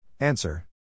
Answer